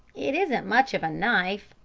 it isn't much of a knife,